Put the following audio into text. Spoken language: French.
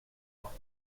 moi